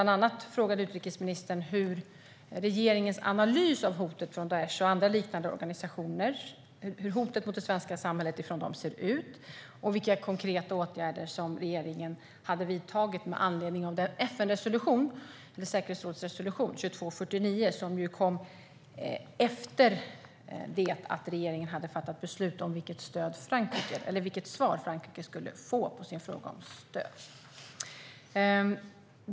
Där frågade jag utrikesministern bland annat hur regeringens analys av hotet från Daish och andra liknande organisationer mot det svenska samhället ser ut och vilka konkreta åtgärder regeringen hade vidtagit med anledning av FN:s säkerhetsråds resolution 2249, som kom efter det att regeringen hade fattat beslut om vilket svar Frankrike skulle få på sin fråga om stöd.